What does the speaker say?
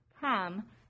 come